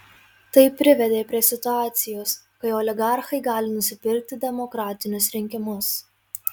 tai privedė prie situacijos kai oligarchai gali nusipirkti demokratinius rinkimus